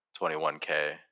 21K